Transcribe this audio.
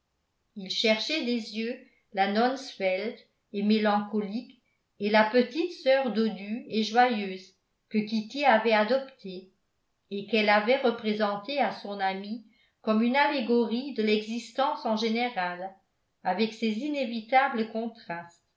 ils cherchaient des yeux la nonne svelte et mélancolique et la petite sœur dodue et joyeuse que kitty avait adoptées et qu'elle avait représentées à son ami comme une allégorie de l'existence en général avec ses inévitables contrastes